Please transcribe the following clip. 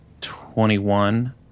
twenty-one